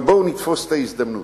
אבל בואו נתפוס את ההזדמנות,